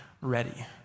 ready